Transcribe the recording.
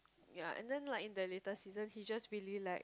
ya and then like in the latest season he just really like